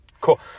Cool